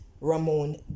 Ramon